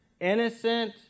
innocent